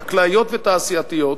חקלאיות ותעשייתיות,